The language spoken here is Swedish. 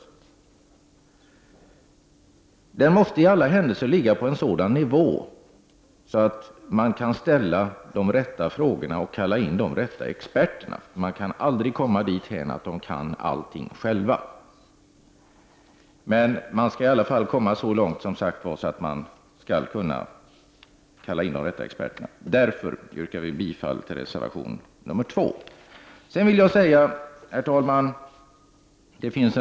Kunskapen hos dessa instanser måste i alla händelser ligga på en sådan nivå att de kan ställa de rätta frågorna och kalla in de rätta experterna, detta även om man aldrig kan komma dithän att de själva har all den kunskap som behövs. Med anledning av detta yrkar jag bifall till reservation nr. 2. Herr talman!